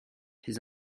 his